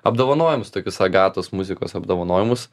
apdovanojimus tokius agatos muzikos apdovanojimus